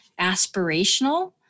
aspirational